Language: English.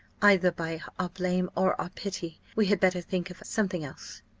either by our blame or our pity, we had better think of something else.